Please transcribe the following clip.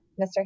Mr